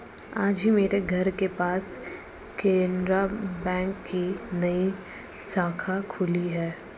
आज ही मेरे घर के पास केनरा बैंक की नई शाखा खुली है